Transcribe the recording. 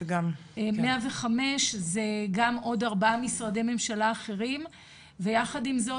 105 זה גם עוד ארבעה משרדי ממשלה אחרים ויחד עם זאת,